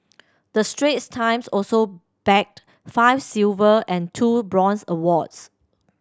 the Straits Times also bagged five silver and two bronze awards